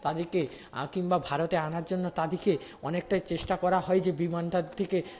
তাদেরকে কিংবা ভারতে আনার জন্য তাদেরকে অনেকটাই চেষ্টা করা হয় যে বিমানটার থেকে